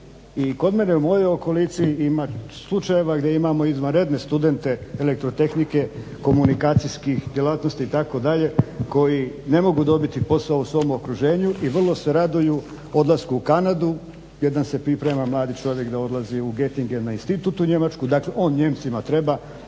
kod mene u mojoj okolici ima slučajeva gdje imamo izvanredne studente elektrotehnike, komunikacijskih djelatnosti itd. koji ne mogu dobiti posao u svom okruženju i vrlo se raduju odlasku u Kanadu jer nam se priprema mladi čovjek da odlazi u Gentingen na institut u Njemačku, dakle on Nijemcima treba,